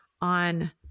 on